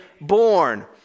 born